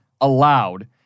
allowed